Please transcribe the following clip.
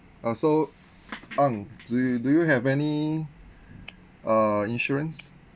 ah so ang do do you have any uh insurance